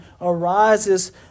arises